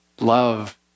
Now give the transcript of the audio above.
Love